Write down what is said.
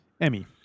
Emmy